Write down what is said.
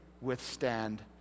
withstand